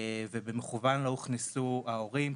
במכוון לא הוכנסו ההורים,